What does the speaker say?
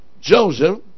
Joseph